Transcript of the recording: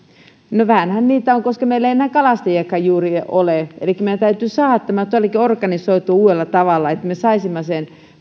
no vähänhän niitä on koska meillä ei enää kalastajiakaan juuri ole elikkä meidän täytyy saada tämä todellakin jo organisoitua uudella tavalla että me saisimme sen